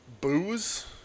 Booze